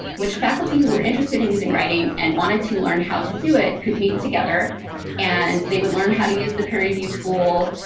which faculty who were interested in using writing and wanted to learn how to do it could meet together and they would learn how to use the peer review tool.